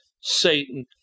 Satan